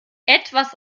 etwas